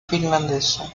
finlandesa